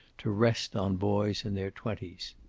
to rest on boys in their twenties.